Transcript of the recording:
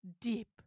deep